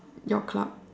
your club